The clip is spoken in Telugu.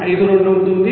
52 ఉంటుంది